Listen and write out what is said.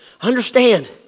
Understand